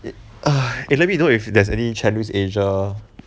it eh let me know if there's any channel news asia